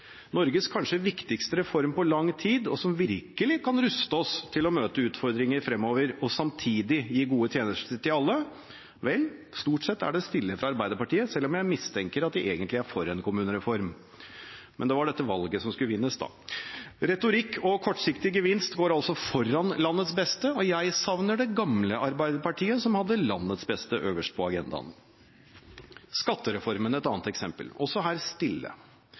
Norges kanskje viktigste reform på lang tid, som virkelig kan ruste oss til å møte utfordringer fremover og samtidig gi gode tjenester til alle? Vel, stort sett er det stille fra Arbeiderpartiet, selv om jeg mistenker at de egentlig er for en kommunereform. Men det var dette valget som skulle vinnes da. Retorikk og kortsiktig gevinst går altså foran landets beste, og jeg savner det gamle Arbeiderpartiet som hadde landets beste øverst på agendaen. Skattereformen er et annet eksempel – også her stille.